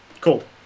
cool